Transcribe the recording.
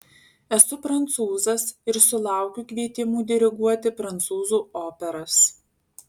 esu prancūzas ir sulaukiu kvietimų diriguoti prancūzų operas